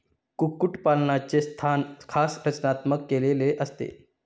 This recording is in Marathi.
कुक्कुटपालनाचे स्थान खास रचनात्मक केलेले असते